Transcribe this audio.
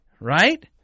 right